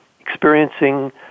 experiencing